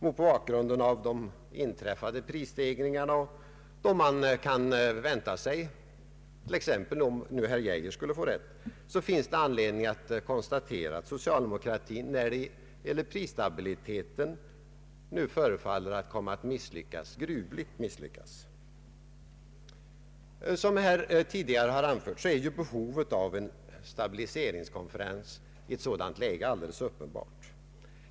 Mot bakgrunden av de inträffade prisstegringarna och vad man kan vänta sig om t.ex. herr Geijer skulle få rätt, finns det anledning att konstatera att socialdemokratin när det gäller prisstabiliteten nu förefaller att ha misslyckats, gruvligt misslyckats. Som här tidigare anförts är behovet av en stabiliseringskonferens i ett sådant läge alldeles uppenbart.